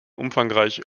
umfangreich